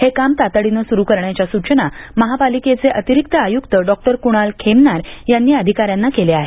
हे काम तातडीने सुरू करण्याच्या सूचना महापालिकेचे अतिरिक्त आयुक्त डॉक्टर कुणाल खेमनार यांनी अधिकाऱ्यांना केल्या आहेत